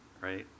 right